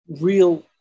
real